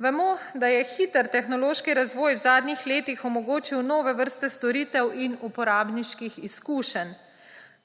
Vemo, da je hiter tehnološki razvoj v zadnjih letih omogočil nove vrste storitev in uporabniških izkušenj.